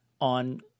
on